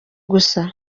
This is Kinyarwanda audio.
gusa